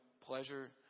pleasure